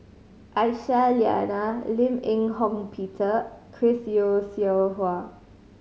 Aisyah Lyana Lim Eng Hock Peter Chris Yeo Siew Hua